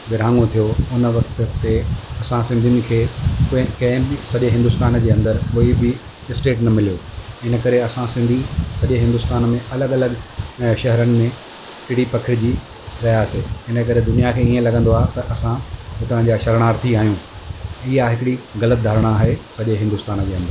विरहांङो थियो हुन वक़्त ते असां सिंधियुनि खे उहे कंहिं बि सॼे हिंदुस्तान जे अंदरि कोई बि स्टेट न मिलियो इनकरे असां सिंधी सॼे हिंदुस्तान में अलॻि अलॻि ए शहरनि में टिड़ी पखड़िजी वियासीं इनकरे दुनियां खे इअं लॻंदो आहे त असां उतां जा शरणार्थी आहियूं इहा हिकिड़ी ग़लति धारणा आहे सॼे हिंदुस्तान जे अंदरि